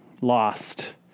lost